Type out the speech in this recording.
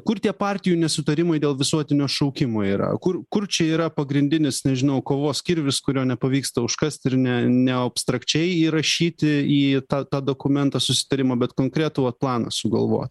kur tie partijų nesutarimai dėl visuotinio šaukimo yra kur kur čia yra pagrindinis nežinau kovos kirvis kurio nepavyksta užkast ir ne ne obstrakčiai įrašyti į tą tą dokumentą susitarimą bet konkretų vat planą sugalvot